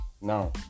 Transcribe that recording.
now